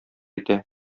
итә